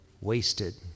wasted